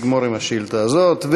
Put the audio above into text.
נגמור עם השאילתה הזאת.